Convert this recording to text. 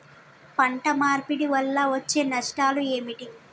పంట మార్పిడి వల్ల వచ్చే నష్టాలు ఏమిటి?